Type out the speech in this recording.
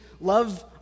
love